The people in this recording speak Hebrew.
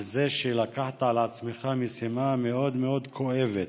על זה שלקחת על עצמך משימה מאוד מאוד כואבת,